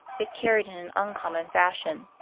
yet carried in an uncommon fashion.